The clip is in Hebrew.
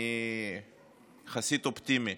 אני יחסית אופטימי.